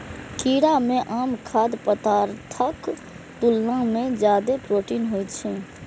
कीड़ा मे आम खाद्य पदार्थक तुलना मे जादे प्रोटीन होइ छै